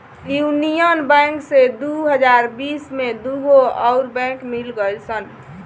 union bank से दू हज़ार बिस में दूगो अउर बैंक मिल गईल सन